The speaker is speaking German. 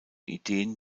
ideen